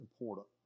important